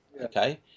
okay